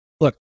Look